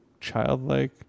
childlike